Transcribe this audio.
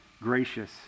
gracious